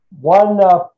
One